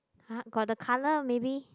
!huh! got the color maybe